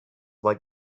like